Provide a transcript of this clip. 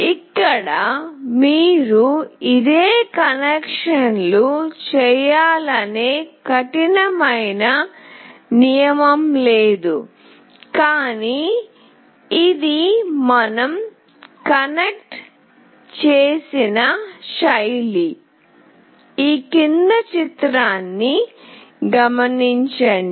ఇక్కడ మీరు ఇదే కనెక్షన్లు చేయాలనే కఠినమైన నియమం లేదు కానీ ఇది మనం కనెక్ట్ చేసిన శైలి